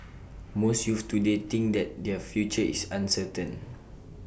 most youths today think that their future is uncertain